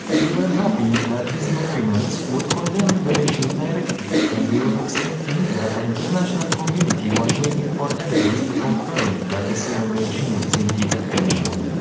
we were hoping that these documents would condemn the regime directly, and we were expecting that the international community was waiting for evidence to confirm that the syrian regime is indeed a criminal one.